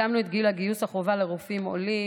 התאמנו את גיל גיוס החובה לרופאים עולים,